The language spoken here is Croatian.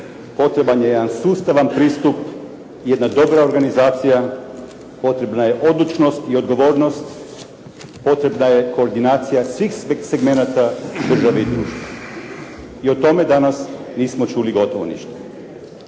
Potreban je jedan sustavan pristup, jedna dobra organizacija, potrebna je odlučnost i odgovornost, potrebna je koordinacija svih segmenata države i društva. I o tome danas nismo čuli gotovo ništa.